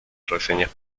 reseñas